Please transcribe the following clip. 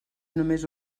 només